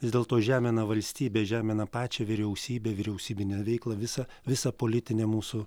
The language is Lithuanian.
vis dėlto žemina valstybę žemina pačią vyriausybę vyriausybinę veiklą visą visą politinę mūsų